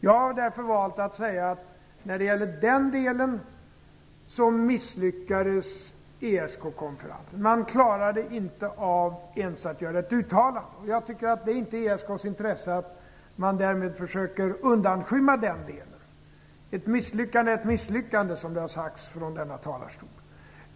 Jag har därför valt att säga att ESK konferensen misslyckades när det gäller den delen. Man klarade inte av att ens göra ett uttalande. Jag tycker inte att det är ESK:s intresse att därmed försöka undanskymma den delen. Ett misslyckande är ett misslyckande, som det har sagts från denna talarstol.